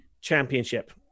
championship